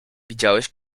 widziałeś